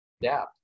adapt